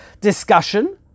discussion